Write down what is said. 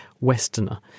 Westerner